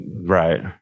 Right